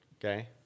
Okay